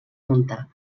muntar